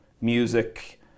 music